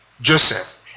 Joseph